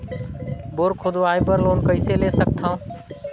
Bore खोदवाय बर loan कइसे ले सकथव?